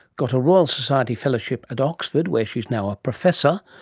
got a royal society fellowship at oxford where she is now a professor,